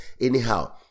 anyhow